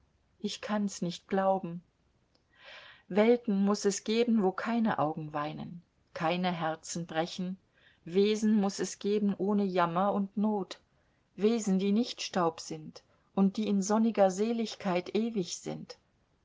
ich kann's nicht glauben welten muß es geben wo keine augen weinen keine herzen brechen wesen muß es geben ohne jammer und not wesen die nicht staub sind und die in sonniger seligkeit ewig sind